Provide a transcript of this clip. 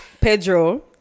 pedro